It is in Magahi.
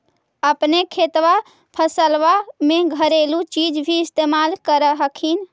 अपने खेतबा फसल्बा मे घरेलू चीज भी इस्तेमल कर हखिन?